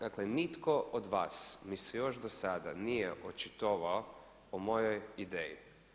Dakle, nitko od vas mi se još do sada nije očitovao o mojoj ideji.